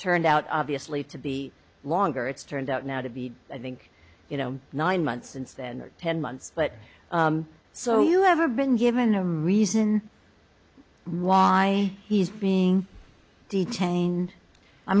turned out obviously to be longer it's turned out now to be i think you know nine months since then or ten months but so you haven't been given a reason why he's being detained i